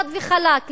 חד וחלק,